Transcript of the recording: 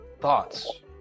thoughts